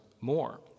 more